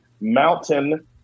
Mountain